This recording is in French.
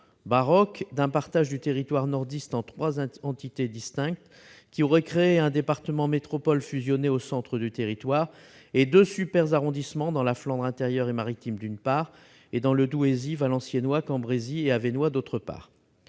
baroque d'un partage du territoire nordiste en trois entités distinctes, qui aurait créé un département-métropole fusionné au centre du territoire et deux super-arrondissements regroupant la Flandre intérieure et la Flandre maritime, d'une part, le Douaisis, le Valenciennois, le Cambrésis et l'Avesnois, d'autre part.